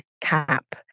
cap